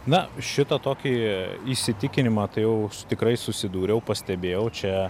na šitą tokį įsitikinimą tai jau tikrai susidūriau pastebėjau čia